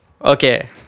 okay